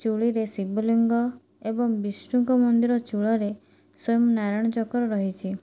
ଚୂଳିରେ ଶିବଲିଙ୍ଗ ଏବଂ ବିଷ୍ଣୁଙ୍କ ମନ୍ଦିର ଚୂଳରେ ସ୍ୱୟଂ ନାରାୟଣ ଚକ୍ର ରହିଛି